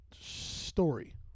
story